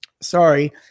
Sorry